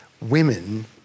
women